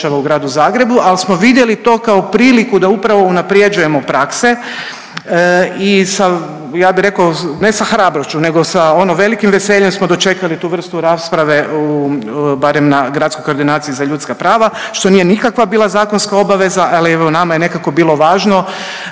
u Gradu Zagrebu, al smo vidjeli to kao priliku da upravo unaprjeđujemo prakse i ja bih rekao ne sa hrabrošću nego sa ono velikim veseljem smo dočekali tu vrstu rasprave barem u Gradskoj koordinaciji za ljudska prava što nije bila nikakva zakonska obaveza, ali nama je nekako bilo važno